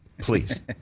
Please